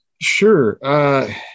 Sure